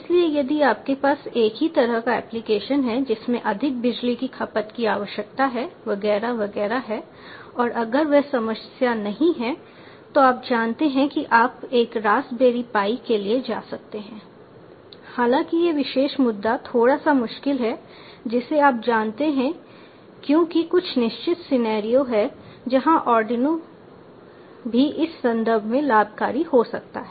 इसलिए यदि आपके पास एक ही तरह का एप्लीकेशन है जिसमें अधिक बिजली की खपत की आवश्यकता वगैरह वगैरह है और अगर वह समस्या नहीं है तो आप जानते हैं कि आप एक रास्पबेरी पाई के लिए जा सकते हैं हालाँकि यह विशेष मुद्दा थोड़ा सा मुश्किल है जिसे आप जानते हैं क्योंकि कुछ निश्चित सीनेरियो हैं जहाँ आर्डिनो भी इस संबंध में लाभकारी हो सकता है